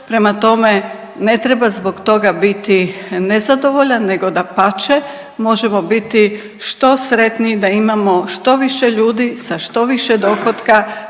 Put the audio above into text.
Prema tome, ne treba zbog toga biti nezadovoljan nego dapače, možemo biti što sretniji da imamo što više ljudi sa što više dohotka